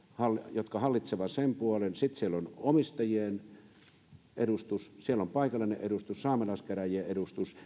jotka hallitsevat valtiosääntöoikeuden puolen ja sitten omistajien edustus paikallinen edustus ja saamelaiskäräjien edustus